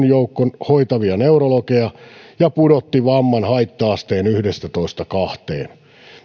joukko hoitavia neurologeja ja pudotti vamman haitta asteen yhdestätoista kahteen